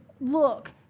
look